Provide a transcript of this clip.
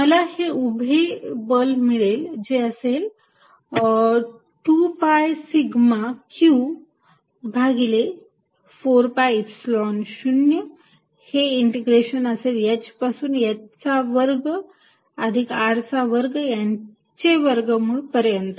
मला हे उभे बल मिळेल जे असेल 2 पाय सिग्मा q भागिले 4 पाय ईप्सिलॉन 0 हे इंटिग्रेशन असेल h पासून h चा वर्ग अधिक R चा वर्ग यांचे वर्गमूळ पर्यंत